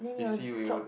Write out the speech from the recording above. we see Wei-Wen